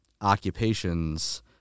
occupations